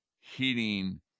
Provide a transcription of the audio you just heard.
heating